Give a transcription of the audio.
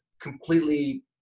completely